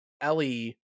Ellie